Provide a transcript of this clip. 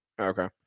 Okay